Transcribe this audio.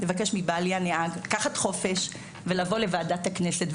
ולבוא לוועדת הכנסת.